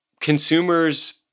consumers